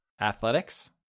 Athletics